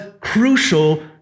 crucial